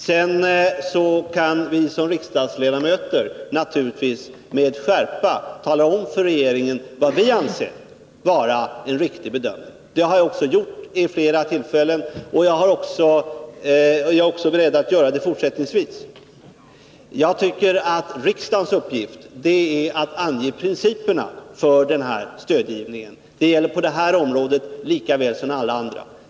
Sedan kan vi som riksdagsledamöter naturligtvis med skärpa tala om för regeringen vad vi anser vara en riktig bedömning. Det har jag också gjort vid flera tillfällen, och jag är beredd att göra det också fortsättningsvis. Jag tycker att riksdagens uppgift är att ange principerna för stödgivningen — det gäller på detta område lika väl som på alla andra.